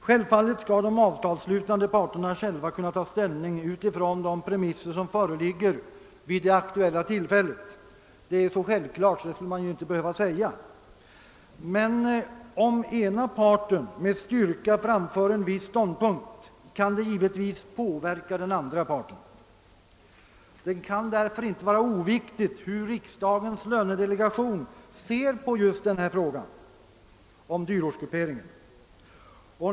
Självfallet skall de avtalsslutande parterna själva kunna ta ställning utifrån de premisser som föreligger vid det aktuella tillfället. Det är så självklart att man egentligen inte borde behöva säga det, men om den ena parten med styrka framför en viss ståndpunkt, kan det givetvis påverka den andra parten. Det kan därför inte vara oviktigt hur riksdagens lönedelegation ser på frågan om dyrortsgrupperingen.